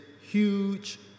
huge